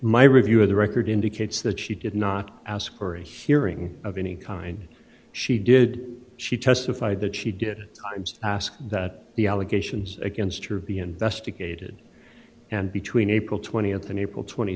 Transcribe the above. my review of the record indicates that she did not ask for a hearing of any kind she did she testified that she did ask that the allegations against her be investigated and between april th and april t